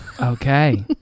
Okay